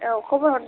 औ खबर हरदो